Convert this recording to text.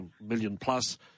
million-plus